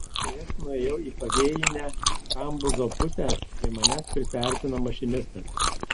kai aš nuėjau į pavėjinę kambuzo pusę prie manęs prisiartino mašinistas